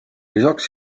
lisaks